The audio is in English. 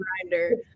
grinder